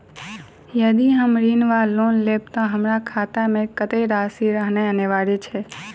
यदि हम ऋण वा लोन लेबै तऽ हमरा खाता मे कत्तेक राशि रहनैय अनिवार्य छैक?